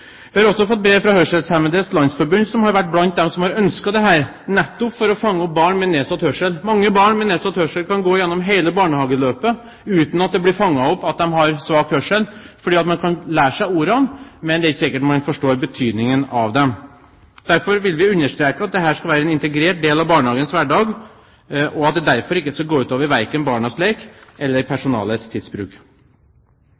Vi har også fått brev fra Hørselshemmedes Landsforbund, som har vært blant dem som har ønsket dette, nettopp for å fange opp barn med nedsatt hørsel. Mange barn med nedsatt hørsel kan gå gjennom hele barnehageløpet uten at det blir fanget opp at de har svak hørsel – fordi man kan lære seg ordene, men det er ikke sikkert man forstår betydningen av dem. Derfor vil vi understreke at dette skal være en integrert del av barnehagens hverdag, og at det verken skal gå ut over barnas lek eller